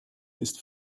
ist